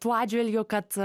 tuo atžvilgiu kad